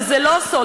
וזה לא סוד,